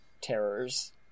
terrors